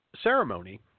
ceremony